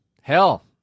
Hell